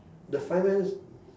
the fireman's